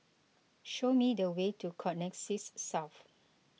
show me the way to Connexis South